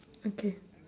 okay